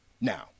now